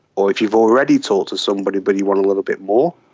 or if you've already talked to somebody but you want a little bit more.